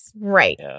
Right